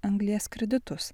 anglies kreditus